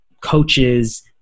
coaches